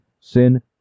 sin